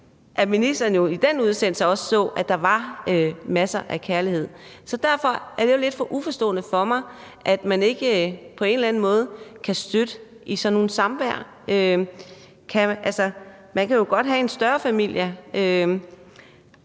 at hun i den udsendelse havde set, at der var masser af kærlighed. Derfor er det lidt uforståeligt for mig, at man ikke på en eller anden måde kan støtte sådan et samvær. Man kan jo godt have en større familie.